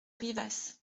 rivas